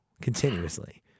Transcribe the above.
continuously